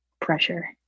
pressure